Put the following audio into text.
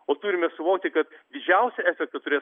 o turime suvokti kad didžiausią efektą